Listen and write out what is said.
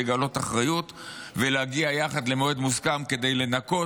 לגלות אחריות ולהגיע יחד למועד מוסכם כדי לנכות